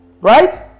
Right